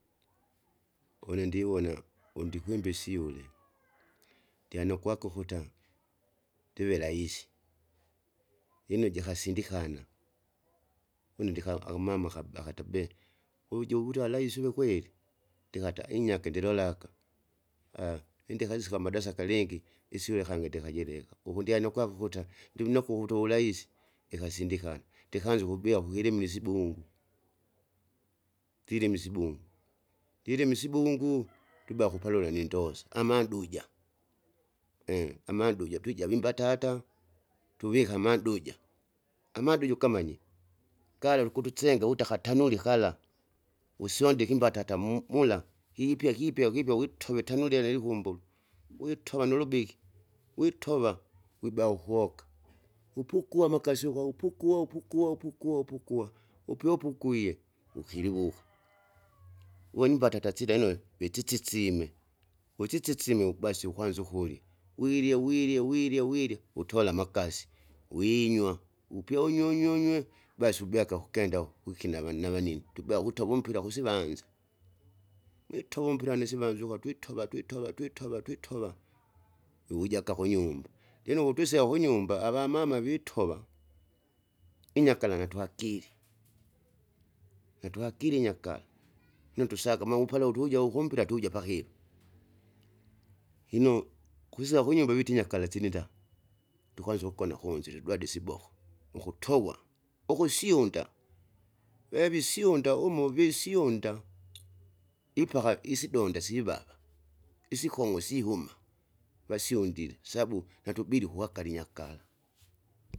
Une ndivona undikwimba isyule, ndyanokwako ukuta, ndive raisi, lino jikasindikana, une ndika akamama akaba akata bee, uju wuta raisi uve kweli? ndikata inyake ndilolaka, indeka insika amadarasa kalingi, isyule kangi ndikajileka, ukundyanukava ukuta, ndiunokwa ukuta uvuraisi ikasindikana, ndikanza ukubia ukukilimili isibungu. Ndilime isibungu, ndilime isibungu? nduba kupalila nindosa, amanduja amanduja twijave imbatata tuvike amanduja. Amanduja ukamanye, galale ukusenga wita akatanuli kala, wusyondike imbatata mu- mula kipya kipya kipya witove tanuri lelikumbulu, witova nulubiki witova, wiba ukoka. Upukua amakasi uko upukua upukua upukua upukua, upyoupukuie ukiliwuka, wenu imbatata sila inoe wichichisime, wochichisime ubasi ukwanza ukurya, wirya wirya wirya utola amakasi winywa, upyaunywe unywe unywe basi ubyaka kukenda uko kwikina vana navanine. Tubya kutova umpira kusivanza, gwitova umpira nisivanza uka twitova twitova twitova twitova, uwujaka kunyumba, lino wutwisea kunyumba avamama vitova, inyakala natwakili, natwakili inyakala, nutusaka maupale utuja ukumpira tuja pakilo lino kwisa kunyumba witi inyakala sininda, ndikwanza ukugona kunzira idwadi isiboko, ukutovwa, ukusyunda, vevisyunda umu visyunda, ipaka isidonde siva sivava, Isikong'o sihum, vasyundile sabu natubidi ukuakali inyakala.